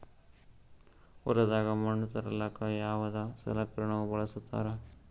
ಹೊಲದಾಗ ಮಣ್ ತರಲಾಕ ಯಾವದ ಸಲಕರಣ ಬಳಸತಾರ?